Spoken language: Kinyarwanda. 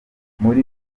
muri